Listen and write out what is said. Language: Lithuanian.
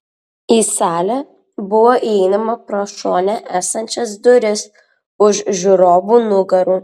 į salę buvo įeinama pro šone esančias duris už žiūrovų nugarų